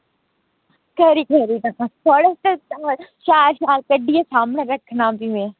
खरी खरी थुआढ़े आस्तै तार कड्ढियै सामनै रक्खना होंदी में